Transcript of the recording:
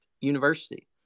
university